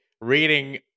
reading